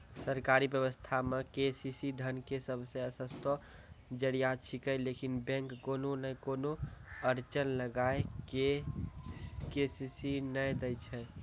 सरकारी व्यवस्था मे के.सी.सी धन के सबसे सस्तो जरिया छिकैय लेकिन बैंक कोनो नैय कोनो अड़चन लगा के के.सी.सी नैय दैय छैय?